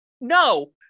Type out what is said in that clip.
no